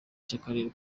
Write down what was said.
cy’akarere